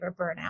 burnout